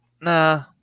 Nah